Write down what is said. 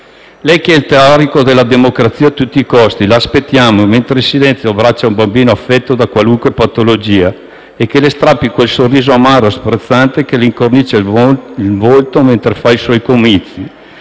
Lei, che è il teorico della democrazia a tutti i costi, la aspettiamo mentre in silenzio abbraccia un bambino affetto da qualunque patologia: che le strappi quel sorriso amaro e sprezzante che le incornicia il volto mentre fa i suoi comizi